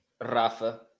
Rafa